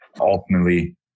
ultimately